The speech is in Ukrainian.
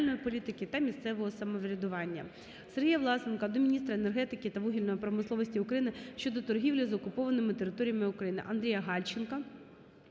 Дякую.